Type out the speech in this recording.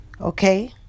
okay